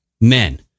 men